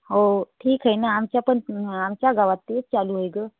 हो ठीक आहे ना आमच्या पण आमच्या गावात तेच चालू आहे गं